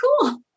cool